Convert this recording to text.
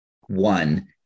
one